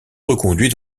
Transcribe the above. reconduit